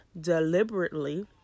deliberately